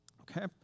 okay